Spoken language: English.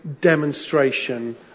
demonstration